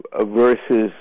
versus